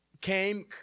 came